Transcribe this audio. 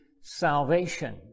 salvation